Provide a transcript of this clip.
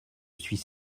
suis